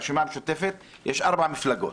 ברשימה המשותפת יש ארבע מפלגות.